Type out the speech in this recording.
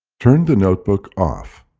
turn the notebook off.